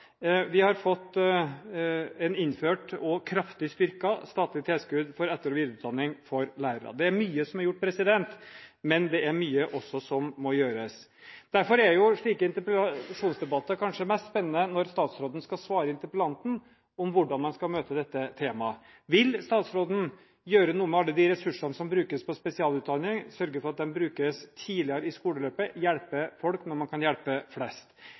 Vi har fått innført et og kraftig styrket statlig tilskudd for etter- og videreutdanning for lærere. Det er mye som er gjort, men det er også mye som må gjøres. Derfor er slike interpellasjonsdebatter kanskje mest spennende når statsråden skal svare interpellanten på hvordan man skal møte dette temaet. Vil statsråden gjøre noe med alle de ressursene som brukes på spesialutdanning, sørge for at de brukes tidligere i skoleløpet, hjelpe folk når man kan hjelpe flest?